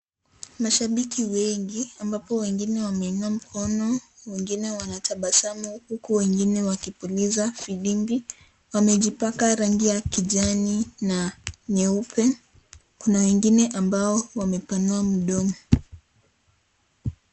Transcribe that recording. Mashabiki wengi, ambapo wengine wameinua mkono, wengine wanatabasamu, huku wengine wakipuliza filimbi. Wamejipaka rangi ya kijani na nyeupe. Kuna wengine ambao wamepanua mdomo.